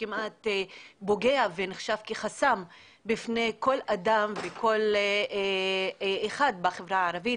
כמעט פוגע ונחשב כחסם בפני כל אדם וכל אחד בחברה הערבית.